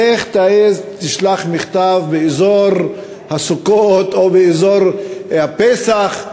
לך תעז, תשלח מכתב באזור סוכות או באזור הפסח,